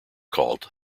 called